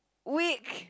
week